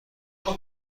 خوب